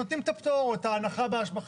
נותנים את הפטור או את ההנחה בהשבחה.